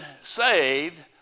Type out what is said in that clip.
saved